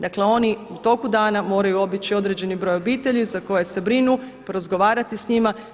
Dakle oni u toku dana moraju obići određeni broj obitelji za koje se brinu, porazgovarati s njima.